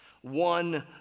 One